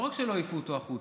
לא רק שלא העיפו אותו החוצה.